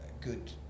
good